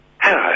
Hello